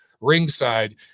ringside